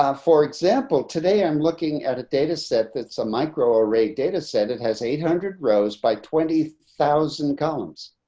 um for example, today, i'm looking at a data set that's a microarray data set. it has eight hundred rows by twenty thousand columns.